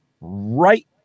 right